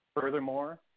Furthermore